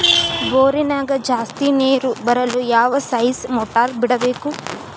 ಬೋರಿನ್ಯಾಗ ಜಾಸ್ತಿ ನೇರು ಬರಲು ಯಾವ ಸ್ಟೇಜ್ ಮೋಟಾರ್ ಬಿಡಬೇಕು?